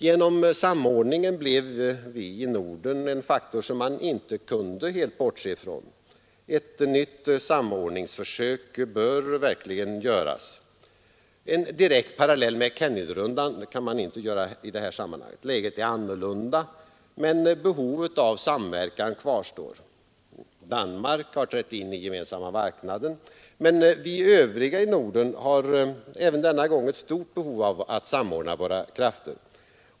Genom samordningen blev vi i Norden en faktor som man inte helt kunde bortse från. Ett nytt samordningsförsök bör verkligen göras. En direkt parallell med Kennedyrundan kan inte göras i detta sammanhang. Läget är annorlunda, men behovet av samverkan kvarstår. Danmark har trätt in i gemensamma marknaden. Vi övriga i Norden har även denna gång ett stort behov av att samordna våra krafter.